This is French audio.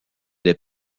les